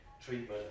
treatment